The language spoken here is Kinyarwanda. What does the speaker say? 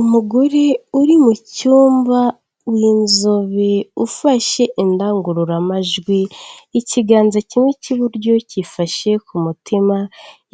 Umugore uri mu cyumba w'inzobe ufashe indangururamajwi, ikiganza kimwe cy'iburyo cyifashe ku mutima,